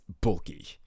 bulky